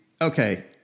okay